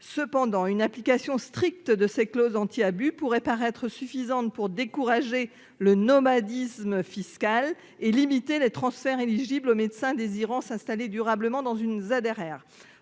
anti-abus. Une application stricte de ces clauses anti-abus pourrait paraître suffisante pour décourager le « nomadisme fiscal » et limiter les transferts éligibles aux médecins désirant s'installer durablement dans une ZRR.